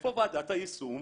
איפה ועדת היישום?